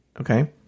Okay